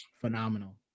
phenomenal